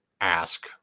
ask